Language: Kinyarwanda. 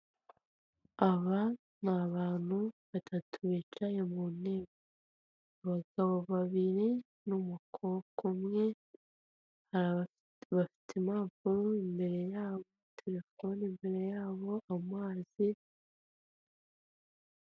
Aba ni abantu batatu bicaye mu ntebe abagabo babiri n'umukobwa umwe aba bafite impapuro na telefone imbere yabo kandi imbere yabo amazi.